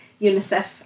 UNICEF